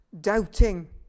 doubting